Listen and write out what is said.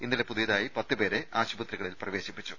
ഇന്നലെ പുതിയതായി പത്തുപേരെ ആശുപത്രിക ളിൽ പ്രവേശിപ്പിച്ചു